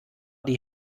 die